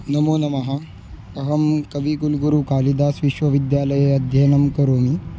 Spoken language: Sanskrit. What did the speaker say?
नमो नमः अहं कविकुलगुरुकालिदासविश्वविद्यालये अध्ययनं करोमि